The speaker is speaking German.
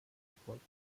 erfolgt